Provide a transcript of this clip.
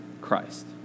Christ